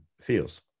feels